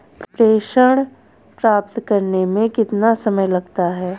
प्रेषण प्राप्त करने में कितना समय लगता है?